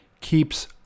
keeps